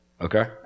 Okay